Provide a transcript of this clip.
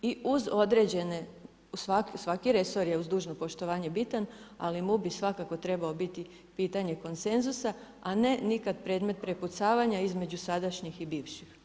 I uz određene, svaki resor je uz dužno poštovanje bitan, ali MUP bi svakako trebao biti pitanje konsenzusa, a ne nikad predmet prepucavanja između sadašnjih i bivših.